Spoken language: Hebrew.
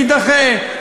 יידחה,